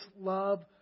love